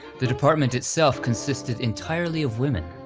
the department itself consisted entirely of women,